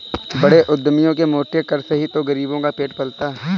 बड़े उद्यमियों के मोटे कर से ही तो गरीब का पेट पलता है